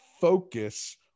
focus